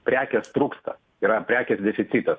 prekės trūksta yra prekės deficitas